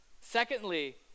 Secondly